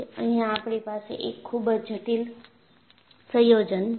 અહિયાં આપણી પાસે એક ખૂબ જ જટિલ સંયોજન છે